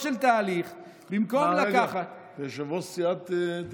רגע אחד, ויושב-ראש סיעה.